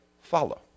follow